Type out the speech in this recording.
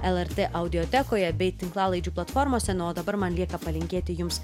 lrt audiotekoje bei tinklalaidžių platformose nu o dabar man lieka palinkėti jums